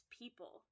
people